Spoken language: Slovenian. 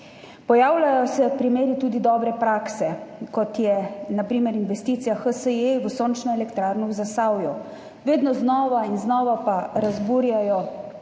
Pojavljajo se primeri tudi dobre prakse, kot je na primer investicija HSE v sončno elektrarno v Zasavju. Vedno znova in znova pa razburjajo